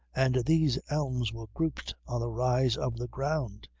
and these elms were grouped on a rise of the ground.